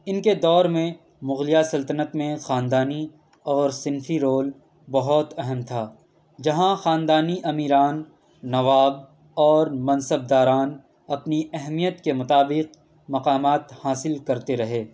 ان کے دور میں مغلیہ سلطنت میں خاندانی اور صنفی رول بہت اہم تھا جہاں خاندانی امیران نواب اور منصب داران اپنی اہمیت کے مطابق مقامات حاصل کرتے رہے